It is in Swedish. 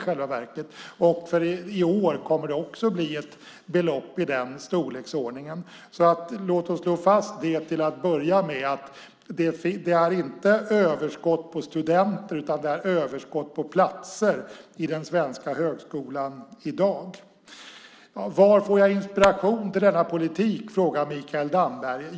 För i år kommer det också att bli ett belopp i den storleksordningen. Låt oss till att börja med slå fast att det inte är ett överskott på studenter utan att det är ett överskott på platser i den svenska högskolan i dag. Varifrån får jag inspiration till denna politik? Det frågar Mikael Damberg.